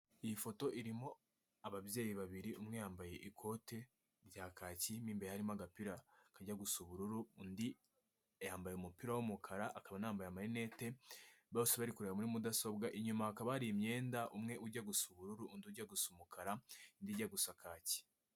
Iyi foto irimo ababyeyi babiri umwe yambaye ikote rya kaki , mo imbere harimo agapira kajya gusa ubururu, undi yambaye umupira w'umukara akaba anambaye amarinete bose bari kureba muri mudasobwa. Inyuma hakaba hari imyenda umwe ujya gusa ubururu, undi ujya gusa umukara, undi ujya gusa kaki.